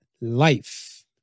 life